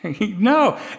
No